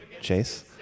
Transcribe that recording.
Chase